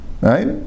Right